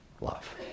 love